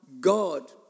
God